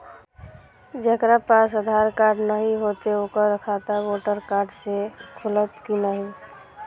जकरा पास आधार कार्ड नहीं हेते ओकर खाता वोटर कार्ड से खुलत कि नहीं?